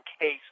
case